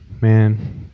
Man